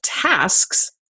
tasks